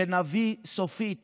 כשנביא סופית